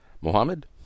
Mohammed